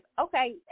okay